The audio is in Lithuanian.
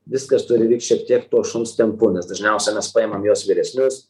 viskas turi vykt šiek tiek to šuns tempu nes dažniausia mes paimam juos vyresnius